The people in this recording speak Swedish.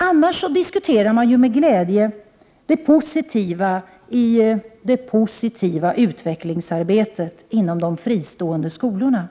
Moderata samlingspartiet diskuterar ju annars med glädje det positiva i utvecklingsarbetet inom de fristående skolorna.